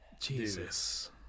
Jesus